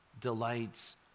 delights